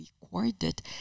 recorded